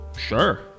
sure